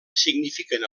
signifiquen